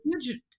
huge